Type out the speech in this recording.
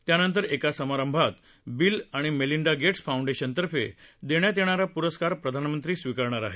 त्यानंतर एका समारंभात बिल आणि मेलिंडा गेट्स फाऊंडेशनतर्फे देण्यात येणारा प्रस्कार प्रधानमंत्री स्वीकारणार आहेत